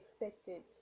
expected